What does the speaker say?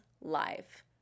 life